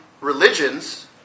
religions